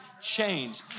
change